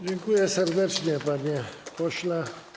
Dziękuję serdecznie, panie pośle.